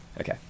Okay